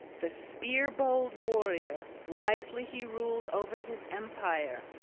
the spear-bold warrior wisely he ruled over his empire.